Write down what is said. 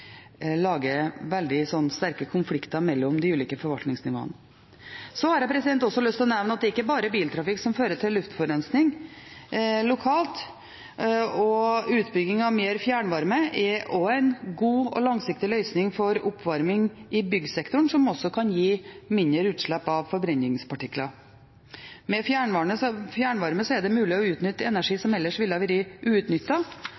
lager veldig sterke konflikter mellom de ulike forvaltningsnivåene. Jeg har også lyst til å nevne at det ikke bare er biltrafikk som fører til luftforurensning lokalt. Utbygging av mer fjernvarme er også en god og langsiktig løsning for oppvarming i byggsektoren, som også kan gi mindre utslipp av forbrenningspartikler. Med fjernvarme er det mulig å utnytte energi